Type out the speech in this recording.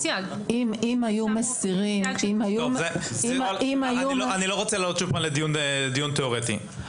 אם היו מסירים --- אני לא רוצה לעלות שוב פעם לדיון תיאורטי.